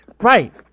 Right